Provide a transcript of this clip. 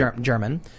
German